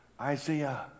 Isaiah